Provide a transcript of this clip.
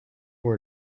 were